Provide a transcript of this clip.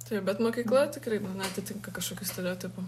taip bet mokykla tikrai neatitinka kažkokių stereotipų